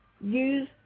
use